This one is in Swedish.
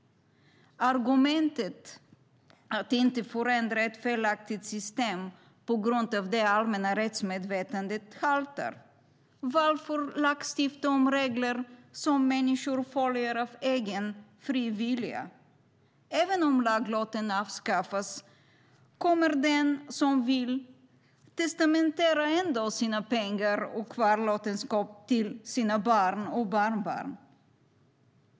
Argumentet att inte förändra ett felaktigt system på grund av det allmänna rättsmedvetandet haltar. Varför lagstifta om regler som människor följer av egen fri vilja? Även om laglotten avskaffas kommer den som vill ändå att testamentera sina pengar och sin kvarlåtenskap till sina barn och barnbarn.